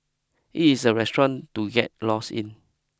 it is a restaurant to get lost in